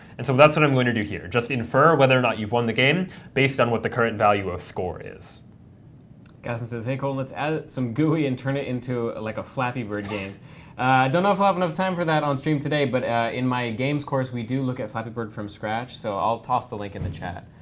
and so that's what i'm going to do here, just infer whether or not you've won the game based on what the current value of score is. colton ogden gossen says, hey colton, let's add some gui and turn it into like a flappy bird game. i don't know if we'll have enough time for that on stream today, but in my games course, we do look at flappy bird from scratch, so i'll toss the link in the chat